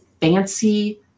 fancy